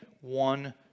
one